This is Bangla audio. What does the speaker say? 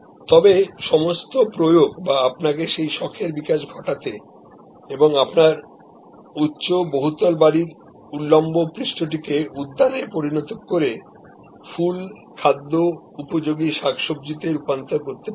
তবে সমস্ত প্রয়োগ যা আপনাকে সেই শখের বিকাশ ঘটাতে এবং আপনার উচ্চ বহুতল বাড়ীর উল্লম্ব পৃষ্ঠটিকে উদ্যানে পরিণত করে ফুল খাদ্য উপযোগী শাকসব্জিগুলিতে রূপান্তর করতে পারে